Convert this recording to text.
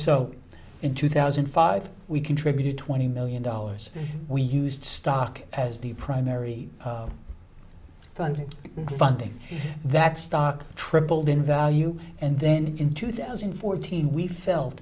so in two thousand and five we contributed twenty million dollars we used stock as the primary fund funding that stock tripled in value and then in two thousand and fourteen we felt